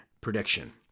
prediction